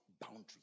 boundaries